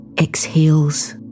exhales